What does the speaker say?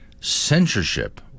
censorship